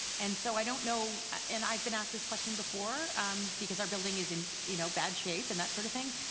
and so i don't know and i've been asked this question before um because our building is in you know bad shape and that sort of thing.